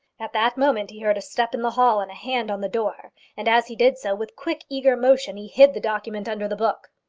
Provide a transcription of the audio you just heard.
at that moment he heard a step in the hall and a hand on the door, and as he did so with quick eager motion he hid the document under the book.